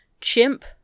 Chimp